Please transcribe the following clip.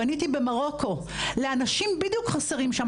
בניתי במרוקו לאנשים בדיוק חסרים שם.